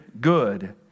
Good